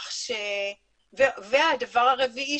והדבר הרביעי,